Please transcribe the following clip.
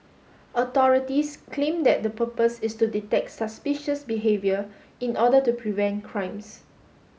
authorities claim that the purpose is to detect suspicious behaviour in order to prevent crimes